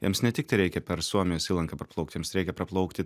jiems ne tiktai reikia per suomijos įlanką praplaukti jiems reikia praplaukti